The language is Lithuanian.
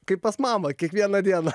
kaip pas mamą kiekvieną dieną